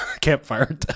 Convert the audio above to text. campfire